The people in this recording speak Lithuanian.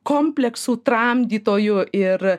kompleksų tramdytoju ir